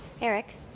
Eric